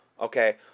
Okay